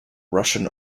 russian